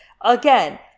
Again